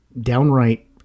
downright